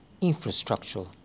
infrastructure